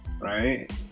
right